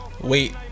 wait